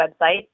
website